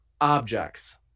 objects